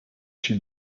she